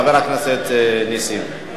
חבר הכנסת נסים.